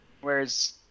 Whereas